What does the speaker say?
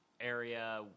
area